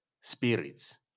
spirits